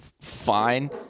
fine